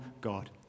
God